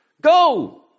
Go